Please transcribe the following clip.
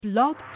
Blog